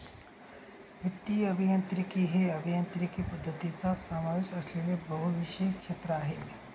वित्तीय अभियांत्रिकी हे अभियांत्रिकी पद्धतींचा समावेश असलेले बहुविषय क्षेत्र आहे